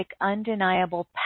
undeniable